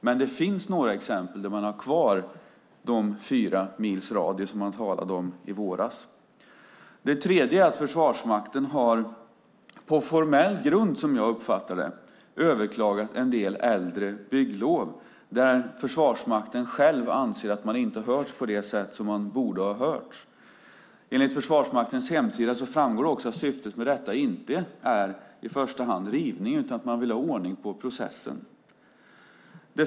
Men det finns några exempel där man har kvar de fyra mils radie som man talade om i våras. För det tredje har Försvarsmakten på formell grund, som jag uppfattar det, överklagat en del äldre bygglov där Försvarsmakten själv anser att man inte har hörts på det sätt som man borde ha hörts. Enligt Försvarsmaktens hemsida framgår det också att syftet med detta inte i första hand är rivning utan att man vill ha ordning på processen.